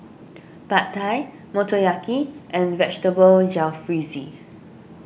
Pad Thai Motoyaki and Vegetable Jalfrezi